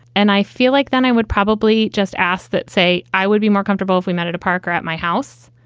and i feel like then i would probably just ask that say i would be more comfortable if we met at a park or at my house.